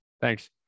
Thanks